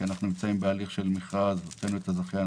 אנחנו בהליך של מכרז לבחירה של זכיין